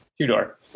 Two-door